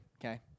okay